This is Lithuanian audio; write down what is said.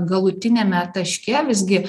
galutiniame taške visgi